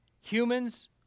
humans